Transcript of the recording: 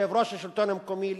יושב-ראש השלטון המקומי,